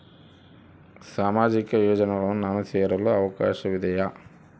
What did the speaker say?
ಸಾಮಾಜಿಕ ಯೋಜನೆಯನ್ನು ನಾನು ಸೇರಲು ಅವಕಾಶವಿದೆಯಾ?